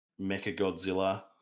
mechagodzilla